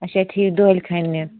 اچھا ٹھیٖک دۄہلہِ کھَننہِ